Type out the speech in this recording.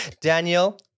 daniel